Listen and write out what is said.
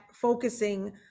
focusing